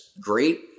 great